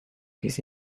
his